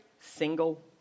single